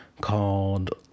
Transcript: called